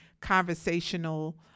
conversational